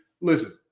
Listen